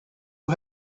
who